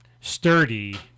sturdy-